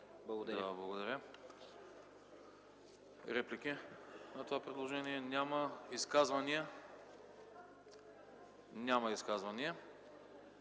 Благодаря. Реплики на това предложение? Няма. Изказвания? Няма. Уважаеми